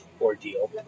ordeal